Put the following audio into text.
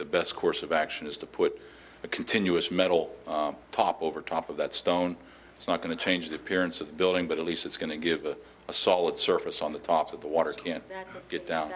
the best course of action is to put a continuous metal top over top of that stone it's not going to change the appearance of the building but at least it's going to give it a solid surface on the top of the water can't get down